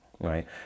right